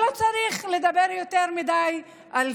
ולא צריך לדבר יותר מדי.